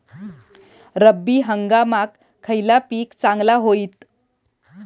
रब्बी हंगामाक खयला पीक चांगला होईत?